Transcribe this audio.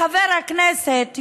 חבר הכנסת,